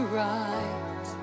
right